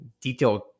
detailed